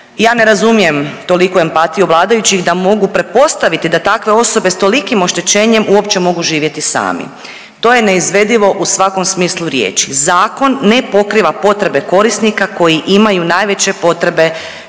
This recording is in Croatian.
Ja ne razumijem toliku empatiju vladajućih da mogu pretpostaviti da takve osobe s tolikim oštećenjem uopće mogu živjeti sami, to je neizvedivo u svakom smislu riječi. Zakon ne pokriva potrebe korisnika koji imaju najveće potrebe